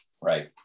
Right